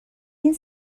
این